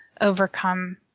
overcome